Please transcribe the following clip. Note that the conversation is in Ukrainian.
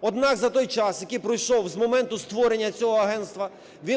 Однак за той час, який пройшов з моменту створення цього агентства,